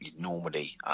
normally